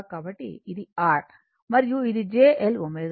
కాబట్టి ఇది R మరియు ఇది j L ω